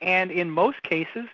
and in most cases